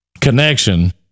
connection